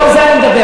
לא על זה אני מדבר.